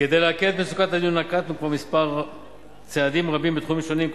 כדי להקל את מצוקת הדיור נקטנו כבר צעדים רבים בתחומים שונים,